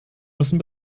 müssen